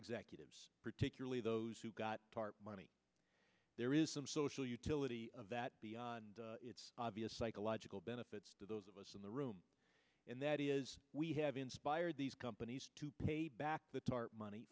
executives particularly those who got money there is some social utility of that beyond its obvious psychological benefits to those of us in the room and that is we have inspired these companies to pay back the tarp money